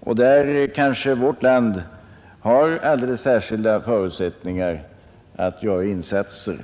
och där kanske vårt land har alldeles särskilda förutsättningar att göra insatser.